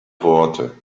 worte